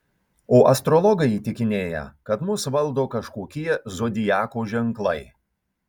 o astrologai įtikinėja kad mus valdo kažkokie zodiako ženklai